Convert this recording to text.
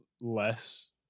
less